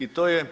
I to je